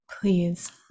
please